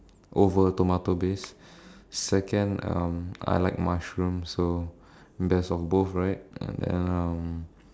over tomato based second um I like mushroom so best of both right and then um